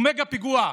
הוא מגה-פיגוע,